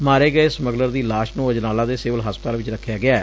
ਮਾਰੇ ਗਏ ਸਮਗਲਰ ਦੀ ਲਾਸ਼ ਨੂੰ ਅਜਨਾਲਾ ਦੇ ਸਿਵਲ ਹਸਪਤਾਲ ਵਿਚ ਰਖਿਆ ਗਿਐ